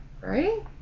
Right